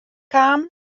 kaam